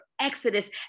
exodus